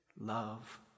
love